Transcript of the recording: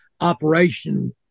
operation